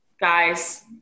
guys